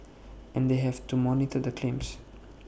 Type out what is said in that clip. and they have to monitor the claims